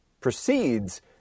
proceeds